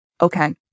okay